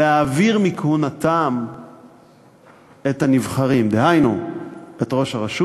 להעביר מכהונתם את הנבחרים, דהיינו את ראש הרשות